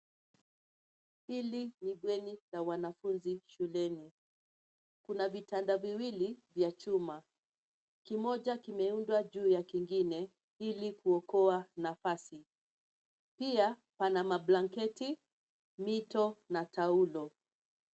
Hili ni bweni la wanafunzi shuleni. Kuna vitanda viwili vya chuma. Kimoja kimeundwa juu wa kingine ili kuokoa nafasi. Pia pana mablanketi, mito na taulo.